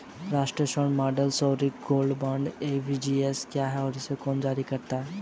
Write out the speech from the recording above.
राष्ट्रिक स्वर्ण bond sovereign gold bond SGB क्या है और इसे कौन जारी करता है?